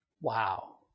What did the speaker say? Wow